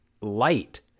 light